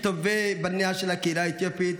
מטובי בניה של הקהילה האתיופית,